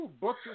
Book